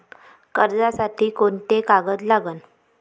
कर्जसाठी कोंते कागद लागन?